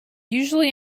usually